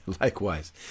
Likewise